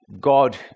God